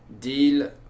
deal